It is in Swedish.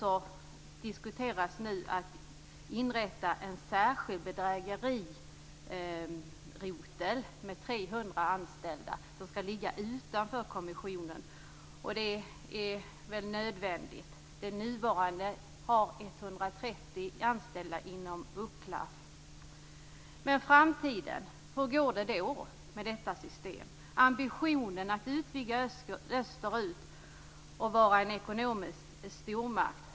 Nu diskuteras att inrätta en särskild bedrägerirotel med 300 anställda som skall ligga utanför kommissionen. Det är nödvändigt. Den nuvarande har 130 anställda inom UCLAF. Men hur går det i framtiden med detta system? Ambitionen är att utvidga österut och vara en ekonomisk stormakt.